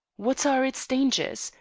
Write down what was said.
what are its dangers?